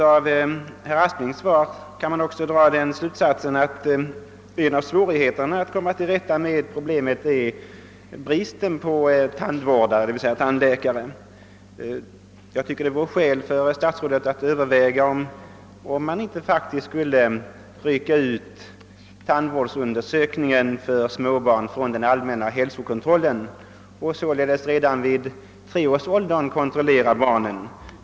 Av herr Asplings svar kan man också dra den slutsatsen att en av svårigheterna när det gäller att komma till rätta med problemet är bristen på tandläkare. Jag tycker att det vore skäl att statsrådet övervägde om man inte borde frigöra tandvårdsundersökningen för småbarn från den allmänna hälsokontrollen och kontrollera barnen redan i 3-årsåldern i detta avseende.